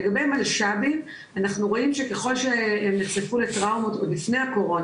לגבי מלש"בים אנחנו רואים שככל שהם נחשפו לטראומות עוד לפני הקורונה,